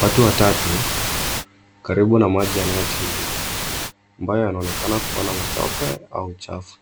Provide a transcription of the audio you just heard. Watu watatu, karibu na maji yanayotiririka ambayo yanaonekana kuwa na matope au chafu.